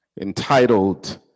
Entitled